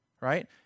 right